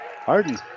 Harden